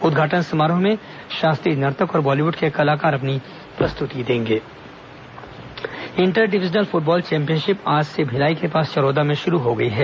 उद्घाटन समारोह में शास्त्रीय नर्तक और बॉलीवुड के कलकार अपनी प्रस्तुति देंगें रेलमंडल football inter divisional football championship आज से भिलाई के पास चरोदा में शुरू हो गई है